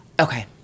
Okay